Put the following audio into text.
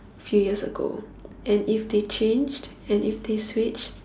few years ago and if they changed and if they switch